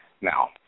Now